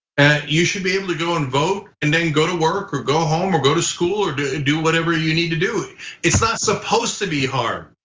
you should be able to go and vote and then go to work or go home or go to school or do and do whatever you need to do. it's it's not supposed to be hard,